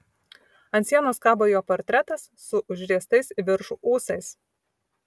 ant sienos kabo jo portretas su užriestais į viršų ūsais